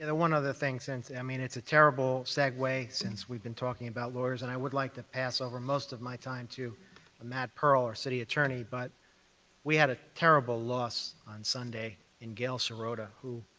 one other thing since i mean, it's a terrible segue since we've been talking about lawyers, and i would like to pass over most of my time to matt pearl, our city attorney, but we had a terrible loss on sunday in gail serota, who